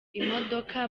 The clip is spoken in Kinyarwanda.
imodoka